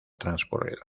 transcurrido